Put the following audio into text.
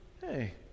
hey